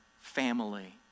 family